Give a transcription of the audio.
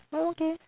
oh okay